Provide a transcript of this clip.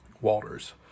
Walters